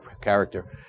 character